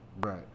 Right